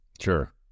sure